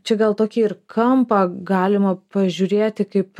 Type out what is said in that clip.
čia gal tokį ir kampą galima pažiūrėti kaip